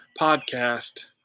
podcast